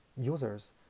users